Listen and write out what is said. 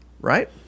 right